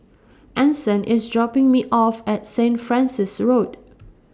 Anson IS dropping Me off At Saint Francis Road